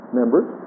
members